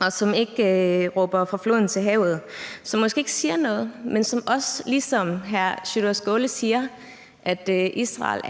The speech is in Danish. og som ikke råber »fra floden til havet«, og som måske ikke siger noget, men som også, ligesom hr. Sjúrður Skaale, siger, at Israel